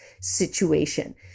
situation